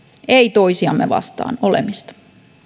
ei toisiamme vastaan olemista